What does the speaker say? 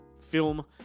film